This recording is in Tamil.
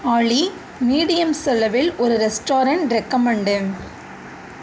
ஆலி மீடியம் செலவில் ஒரு ரெஸ்டாரன்ட் ரிகமண்டு